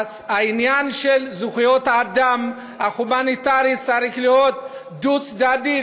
העניין של זכויות האדם ההומניטריות צריך להיות דו-צדדי,